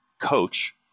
coach